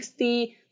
60